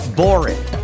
boring